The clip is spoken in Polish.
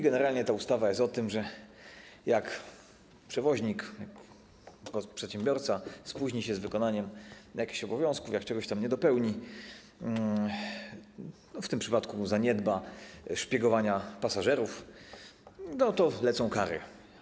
Generalnie ta ustawa jest o tym, że jak przewoźnik, przedsiębiorca, spóźni się z wykonaniem jakichś obowiązków, jak czegoś tam nie dopełni, w tym przypadku zaniedba szpiegowania pasażerów, to lecą kary.